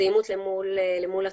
זה אימות אל מול התעודה.